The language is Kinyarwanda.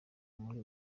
muri